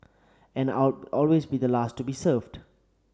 and I'll always be the last to be served